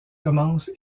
commence